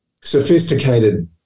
sophisticated